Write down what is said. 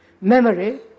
Memory